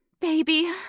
Baby